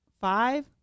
five